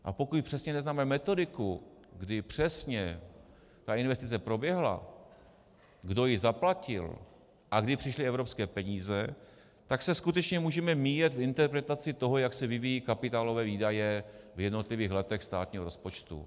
A pokud přesně neznáme metodiku, kdy přesně ta investice proběhla, kdo ji zaplatil a kdy přišly evropské peníze, tak se skutečně můžeme míjet v interpretaci toho, jak se vyvíjejí kapitálové výdaje v jednotlivých letech státního rozpočtu.